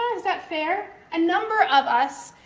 is that fair, a number of us,